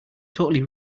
totally